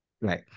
right